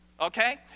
okay